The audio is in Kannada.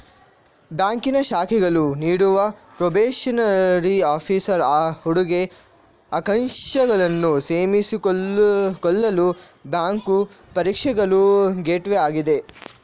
ಬ್ಯಾಂಕಿನ ಶಾಖೆಗಳು ನೀಡುವ ಪ್ರೊಬೇಷನರಿ ಆಫೀಸರ್ ಹುದ್ದೆಗೆ ಆಕಾಂಕ್ಷಿಗಳನ್ನು ನೇಮಿಸಿಕೊಳ್ಳಲು ಬ್ಯಾಂಕು ಪರೀಕ್ಷೆಗಳು ಗೇಟ್ವೇ ಆಗಿದೆ